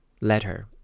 letter